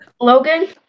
Logan